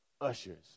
ushers